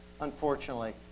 unfortunately